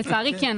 לצערי כן.